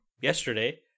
yesterday